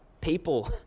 people